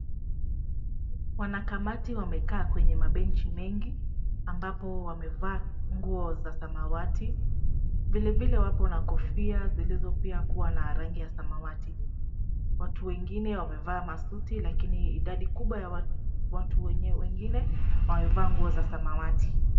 Wanakamati wamekaa kwenye mabenchi mengi ambapo wamevaa nguo za samawati, vilevile wapo na kofia zilizo pia kuwa na rangi ya samawati. Watu wengine wamevaa masuti lakini idadi kubwa ya watu wengine wamevaa nguo za samawati.